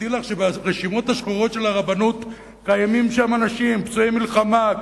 ותדעי לך שברשימות השחורות של הרבנות קיימים שם אנשים פצועי מלחמה,